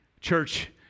Church